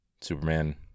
Superman